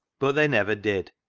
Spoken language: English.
but they never did,